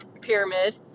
pyramid